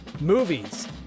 Movies